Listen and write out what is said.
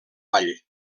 vall